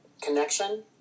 connection